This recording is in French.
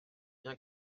bien